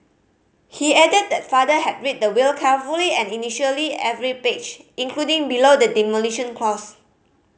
he added that father had read the will carefully and initialled every page including below the demolition clause